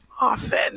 often